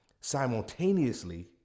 simultaneously